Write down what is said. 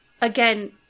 again